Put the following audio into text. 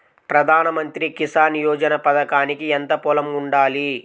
ప్రధాన మంత్రి కిసాన్ యోజన పథకానికి ఎంత పొలం ఉండాలి?